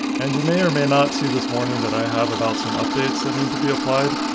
and you may or may not see this warning that i have about some updates that need to be applied.